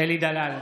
אלי דלל,